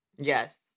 Yes